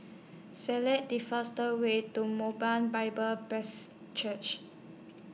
Select The fastest Way to Bible Church